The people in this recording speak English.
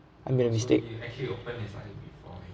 I made a mistake